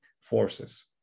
forces